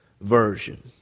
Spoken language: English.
version